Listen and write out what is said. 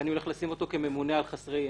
ואני הולך לשים אותו ממונה על חסרי ישע.